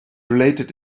related